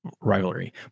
Rivalry